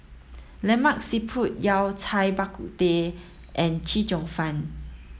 Lemak Siput Yao Cai Bak Kut Teh and Chee Cheong Fun